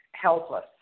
Helpless